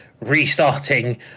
restarting